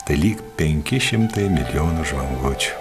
tai lyg penki šimtai milijonų žvangučių